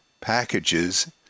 packages